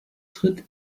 tritt